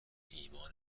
ایمان